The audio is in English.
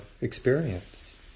experience